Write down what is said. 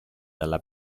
dalla